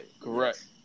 Correct